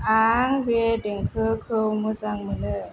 आं बे देंखोखौ मोजां मोनो